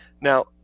Now